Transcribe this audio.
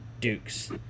Dukes